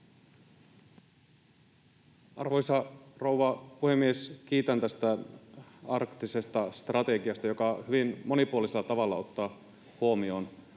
Arvoisa rouva puhemies! Kiitän tästä arktisesta strategiasta, joka hyvin monipuolisella tavalla ottaa huomioon